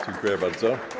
Dziękuję bardzo.